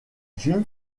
jim